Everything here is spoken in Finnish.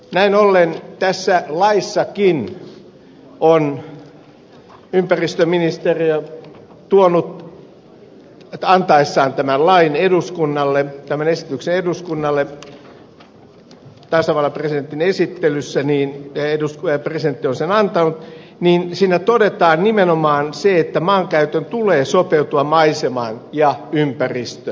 näin ollen tässä laissakin on ympäristöministeriö tuonut esiin antaessaan tämän esityksen eduskunnalle tasavallan presidentin esittelyssä presidentti on sen antanut nimenomaan sen että maankäytön tulee sopeutua maisemaan ja ympäristöön